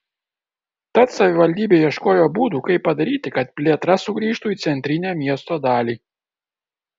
tad savivaldybė ieškojo būdų kaip padaryti kad plėtra sugrįžtų į centrinę miesto dalį